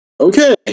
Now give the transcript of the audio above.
Okay